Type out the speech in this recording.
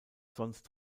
sonst